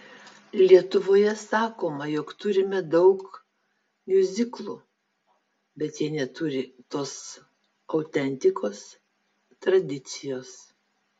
lietuvoje sakome jog turime daug miuziklų bet jie neturi tos autentikos tradicijos